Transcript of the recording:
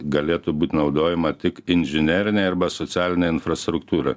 galėtų būti naudojama tik inžinerinei arba socialinei infrastruktūrai